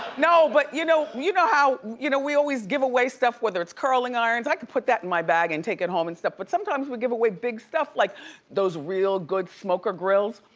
no, but you know you know how you know we always give away stuff, whether it's curling irons. i could put that in my bag and take it home and stuff. but sometimes we give away big stuff, like those real good smoker grills.